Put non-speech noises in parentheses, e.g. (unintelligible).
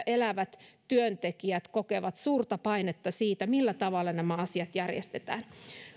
(unintelligible) elävät työntekijät kokevat suurta painetta siitä millä tavalla nämä asiat järjestetään